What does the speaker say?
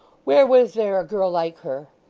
where was there a girl like her?